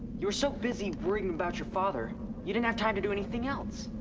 you were so busy worrying about your father you didn't have time to do anything else.